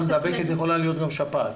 מחלה מדבקת יכולה להיות גם שפעת,